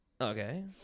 okay